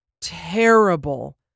terrible